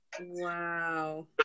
Wow